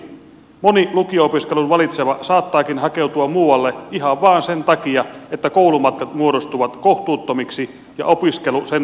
moni lukio opiskelun valitseva saattaakin hakeutua muualle ihan vain sen takia että koulumatkat muodostuvat kohtuuttomiksi ja opiskelu sen vuoksi hankaloituu